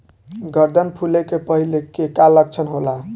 गर्दन फुले के पहिले के का लक्षण होला?